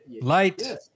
Light